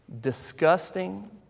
Disgusting